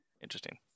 interesting